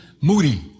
moody